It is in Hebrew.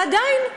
ועדיין,